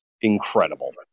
incredible